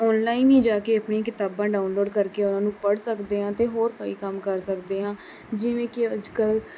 online ਹੀ ਜਾ ਕੇ ਆਪਣੀ ਕਿਤਾਬਾਂ ਡਾਊਨਲੋਡ ਕਰਕੇ ਉਹਨਾਂ ਨੂੰ ਪੜ੍ਹ ਸਕਦੇ ਹਾਂ ਅਤੇ ਹੋਰ ਕੋਈ ਕੰਮ ਕਰ ਸਕਦੇ ਹਾਂ ਜਿਵੇਂ ਕਿ ਅੱਜ ਕੱਲ੍ਹ